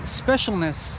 specialness